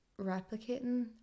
replicating